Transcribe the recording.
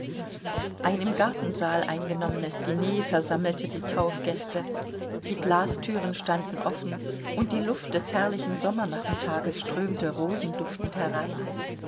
ein im gartensaal eingenommenes diner versammelte die taufgäste die glasthüren standen offen und die luft des herrlichen sommernachmittags strömte rosenduftend herein